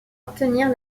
obtenir